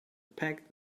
packed